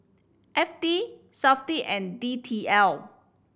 F T Safti and D T L